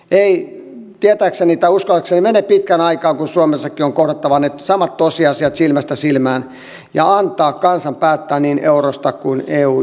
ei tietääkseni tai uskoakseni mene pitkän aikaa kun suomessakin on kohdattava ne samat tosiasiat silmästä silmään ja annettava kansan päättää niin eurosta kuin eu jäsenyydestäkin